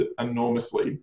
enormously